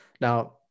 now